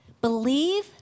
believe